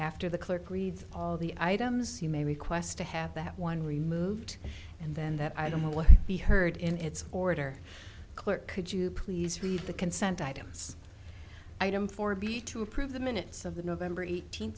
after the clerk reads all the items you may request to have that one removed and then that i don't know what we heard in its order clear could you please read the consent items item for b to approve the minutes of the november eighteen